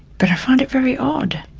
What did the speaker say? but i find it very odd,